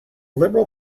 liberal